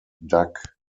duck